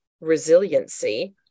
Resiliency